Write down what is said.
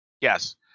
yes